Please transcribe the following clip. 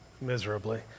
miserably